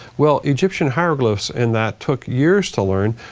well, egyptian hieroglyphs and that took years to learn,